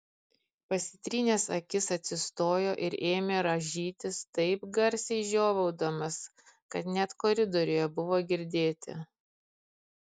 pasitrynęs akis atsistojo ir ėmė rąžytis taip garsiai žiovaudamas kad net koridoriuje buvo girdėti